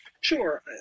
Sure